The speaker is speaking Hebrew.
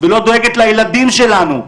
ולא דואגת לילדים שלנו,